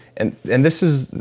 and and this is,